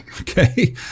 Okay